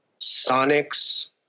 Sonics